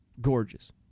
gorgeous